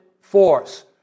force